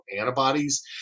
antibodies